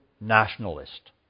nationalist